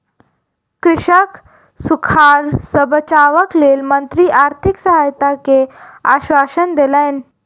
कृषकक सूखाड़ सॅ बचावक लेल मंत्री आर्थिक सहायता के आश्वासन देलैन